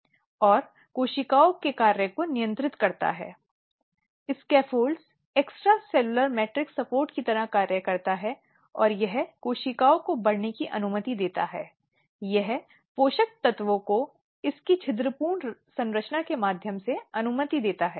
व्यवहार जो उन्हें एक जांच निकाय के रूप में कार्य प्रक्रिया के दौरान आक्रामक होने से बचना चाहिए यह बहुत बहुत महत्वपूर्ण है कि उन्हें नहीं किया जाना चाहिए और आक्रामक हो जाना किसी भी पक्ष से चाहे वह पीड़ित हो या उत्तर दाता